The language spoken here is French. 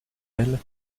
elle